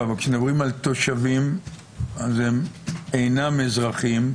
אבל כשמדברים על תושבים אז הם אינם אזרחים.